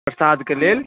प्रसाद के लेल